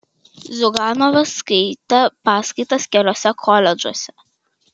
ziuganovas skaitė paskaitas keliuose koledžuose